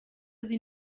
sie